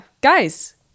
guys